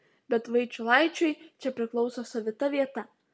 bet vaičiulaičiui čia priklauso savita vieta